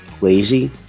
lazy